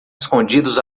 escondidos